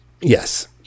Yes